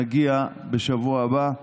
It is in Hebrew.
נגיע בשבוע הבא.